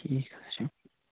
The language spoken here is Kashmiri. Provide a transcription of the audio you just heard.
ٹھیٖک حظ چھِ